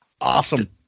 Awesome